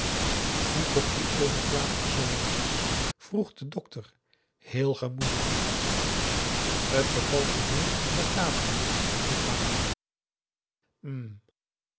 hoe komt die overplaatsing zoo in eens vroeg de dokter heel gemoedelijk t bevalt me hier te batavia niet langer hm